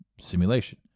simulation